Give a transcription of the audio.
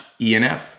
ENF